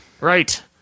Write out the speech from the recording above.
right